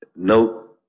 No